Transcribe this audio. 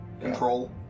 Control